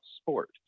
sport